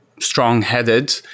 strong-headed